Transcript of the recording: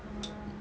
orh